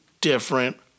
different